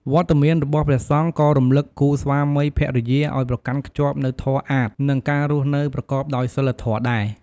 វត្តមានរបស់ព្រះសង្ឃក៏រំលឹកគូស្វាមីភរិយាឲ្យប្រកាន់ខ្ជាប់នូវធម៌អាថ៌ និងការរស់នៅប្រកបដោយសីលធម៌ដែរ។